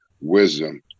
wisdom